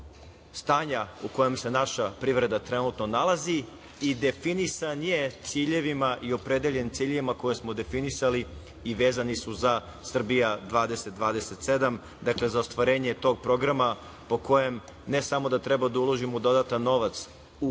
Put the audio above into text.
stanja u kojem se naša privreda trenutno nalazi i definisan je i opredeljen ciljevima koje smo definisali i vezani su za "Srbija 2027", dakle, za ostvarenje tog programa, po kojem ne samo da treba da uložimo dodatan novac u